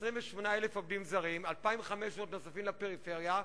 28,000 עובדים זרים, 2,500 נוספים לפריפריה.